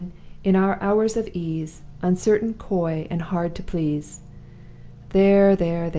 in our hours of ease, uncertain, coy, and hard to please there! there! there!